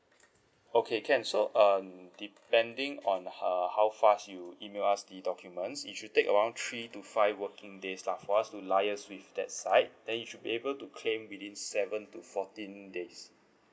okay can so um depending on uh how fast you email us the documents it should take around three to five working days lah for us to liaise with that side then you should be able to claim within seven to fourteen days